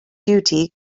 duty